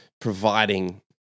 providing